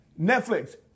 Netflix